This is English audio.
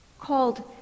called